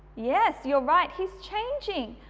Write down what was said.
yes you're right, he's changing.